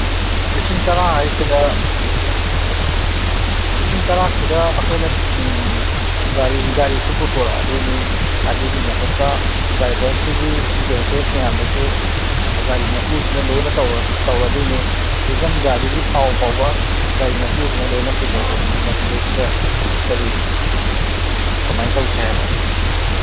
ꯂꯤꯁꯤꯡ ꯇꯔꯥ ꯍꯥꯏꯁꯤꯗ ꯂꯤꯁꯤꯡ ꯇꯔꯥꯁꯤꯗ ꯑꯩꯈꯣꯏꯅ ꯒꯥꯔꯤ ꯒꯥꯔꯤꯁꯨ ꯄꯨꯊꯣꯔꯛꯑꯗꯣꯏꯅꯤ ꯑꯗꯨꯒꯤ ꯃꯊꯛꯇ ꯗ꯭ꯔꯥꯏꯚꯔꯁꯤꯒꯤ ꯑꯦꯛꯁꯄꯦꯟꯁꯦꯁ ꯃꯌꯥꯝꯗꯨꯁꯨ ꯒꯥꯔꯤ ꯃꯄꯨꯁꯤꯅ ꯂꯣꯏꯅ ꯇꯧꯔꯗꯣꯏꯅꯤ ꯏꯚꯟ ꯒꯥꯔꯤꯒꯤ ꯊꯥꯎ ꯐꯥꯎꯕ ꯒꯥꯔꯤ ꯃꯄꯨꯁꯤꯅ ꯂꯣꯏꯅ ꯄꯨꯊꯣꯔꯛꯀꯗꯣꯏꯅꯤ ꯃꯁꯤꯗꯩꯁꯤꯗ ꯀꯔꯤ ꯀꯃꯥꯏ ꯇꯧꯁꯦ ꯍꯥꯏꯕ